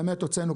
באמת הוצאנו,